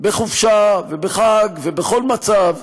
בחופשה ובחג ובכל מצב,